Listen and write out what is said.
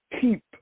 keep